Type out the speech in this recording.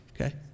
okay